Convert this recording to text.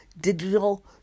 Digital